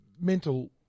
mental